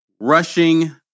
rushing